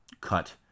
cut